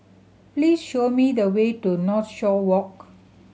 please show me the way to Northshore Walk